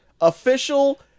official